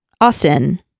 Austin